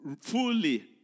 fully